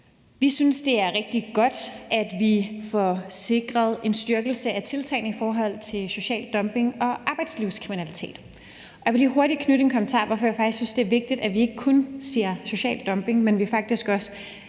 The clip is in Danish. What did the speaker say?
Vi synes, det er rigtig godt, at vi får sikret en styrkelse af tiltagene i forhold til social dumping og arbejdslivskriminalitet, og jeg vil lige hurtigt knytte en kommentar til, hvorfor jeg faktisk synes det er vigtigt, at vi ikke kun taler om social dumping, men at vi faktisk også,